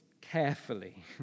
carefully